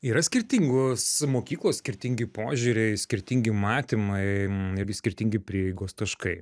yra skirtingos mokyklos skirtingi požiūriai skirtingi matymai ir skirtingi prieigos taškai